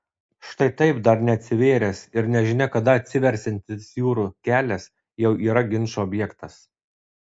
štai taip dar neatsivėręs ir nežinia kada atsiversiantis jūrų kelias jau yra ginčo objektas